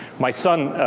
my son,